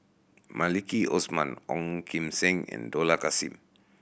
Maliki Osman Ong Kim Seng and Dollah Kassim